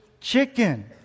chicken